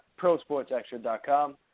ProSportsExtra.com